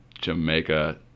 Jamaica